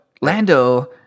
Lando